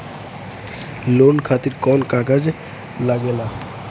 Loan खातिर कौन कागज लागेला?